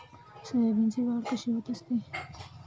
सोयाबीनची वाढ कशी होत असते?